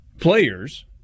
players